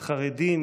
חרדים,